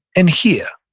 and here.